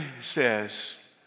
says